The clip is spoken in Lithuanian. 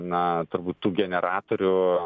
na turbūt tų generatorių